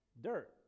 Dirt